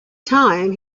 time